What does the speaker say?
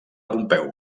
pompeu